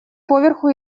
поверху